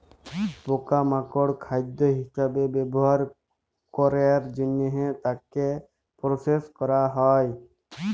পকা মাকড় খাদ্য হিসবে ব্যবহার ক্যরের জনহে তাকে প্রসেস ক্যরা হ্যয়ে হয়